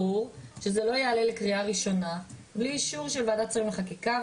ברור שזה לא יעלה לקריאה ראשונה בלי אישור של ועדת שרים לחקיקה,